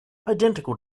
identical